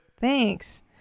Thanks